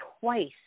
twice